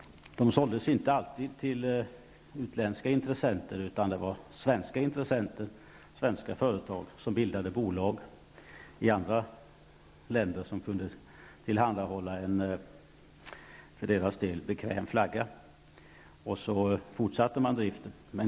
De såldes inte alltid till utländska intressenter, utan det var svenska företag som bildade bolag i länder som kunde tillhandahålla en för redarnas del bekväm flagga, och så fortsatte man driften.